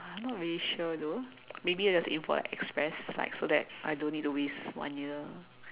I'm not really sure though maybe I just aim for like express like so that I don't need to waste one year